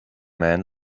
man